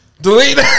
Delete